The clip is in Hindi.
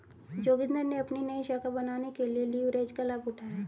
जोगिंदर ने अपनी नई शाखा बनाने के लिए लिवरेज का लाभ उठाया